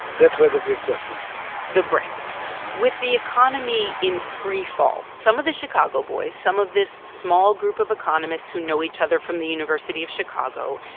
that's where the brick was written the brick with the economy in freefall, some of the chicago boys some of this small group of economists who know each other from the university of chicago,